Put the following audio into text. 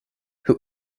who